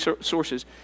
sources